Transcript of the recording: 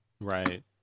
Right